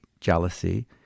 jealousy